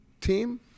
team